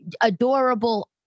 adorable